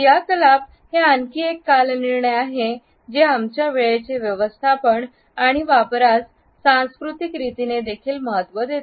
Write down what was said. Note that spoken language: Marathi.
क्रियाकलाप हे आणखी एक कालनिर्णय आहे जे आमच्या वेळेचे व्यवस्थापन आणि वापरास सांस्कृतिक रीतीने देखील महत्त्व देते